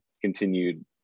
continued